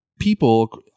people